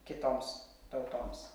kitoms tautoms